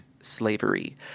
slavery